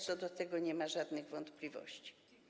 Co do tego nie ma żadnych wątpliwości.